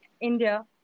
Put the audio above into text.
India